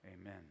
Amen